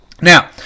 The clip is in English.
Now